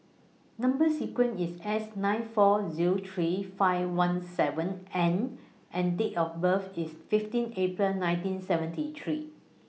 Number sequence IS S nine four Zero three five one seven N and Date of birth IS fifteen April nineteen seventy three